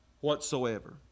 whatsoever